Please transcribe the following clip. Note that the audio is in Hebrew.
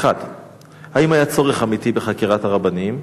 1. האם היה צורך אמיתי בחקירת הרבנים?